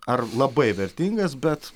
ar labai vertingas bet